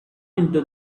into